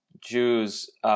Jews